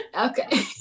Okay